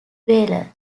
valor